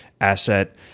asset